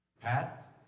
Pat